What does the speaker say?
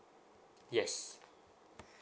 yes